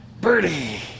Birdie